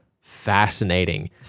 fascinating